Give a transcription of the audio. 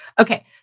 Okay